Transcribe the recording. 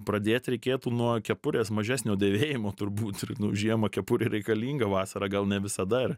pradėt reikėtų nuo kepurės mažesnio dėvėjimo turbūt ir nu žiemą kepurė reikalinga vasarą gal ne visada ir